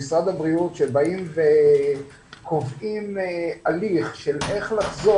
אנחנו יכולים לקחת את המספר של 5,000 נדבקים ולהתייחס אליו ביחס לכל